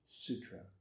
Sutra